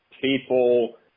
people